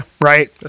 right